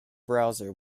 browser